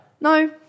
No